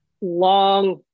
long